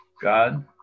God